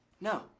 no